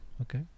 Okay